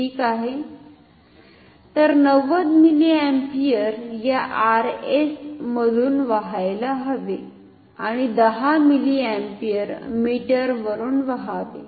ठीक आहे तर 90 मिलीअँपिअर या Rs मधुन वाहायला हवे आणि 10 मिलीअँपिअर मीटर वरून वहावे